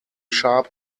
sharp